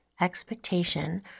expectation